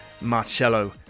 Marcelo